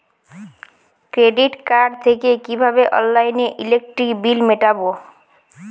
Credit card থেকে কিভাবে অনলাইনে ইলেকট্রিক বিল মেটাবো?